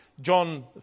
John